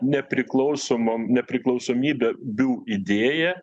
nepriklausomom nepriklausomybę biu idėją